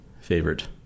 favorite